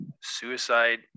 suicide